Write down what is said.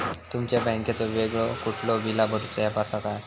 तुमच्या बँकेचो वेगळो कुठलो बिला भरूचो ऍप असा काय?